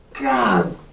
god